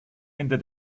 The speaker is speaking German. ende